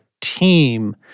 team